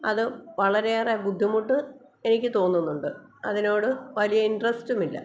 അത് വളരെയേറെ ബുദ്ധിമുട്ട് എനിക്ക് തോന്നുന്നുണ്ട് അതിനോട് വലിയ ഇൻ്ററസ്റ്റുമില്ല